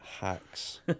Hacks